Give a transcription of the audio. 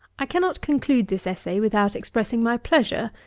i cannot conclude this essay without expressing my pleasure,